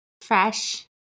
fresh